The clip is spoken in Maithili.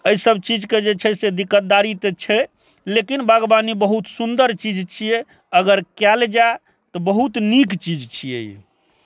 अइ सभचीजके जे छै से दिक्कतदारी तऽ छै लेकिन बागवानी बहुत सुन्दर चीज छियै अगर कयल जाइ तऽ बहुत नीक चीज छियै ई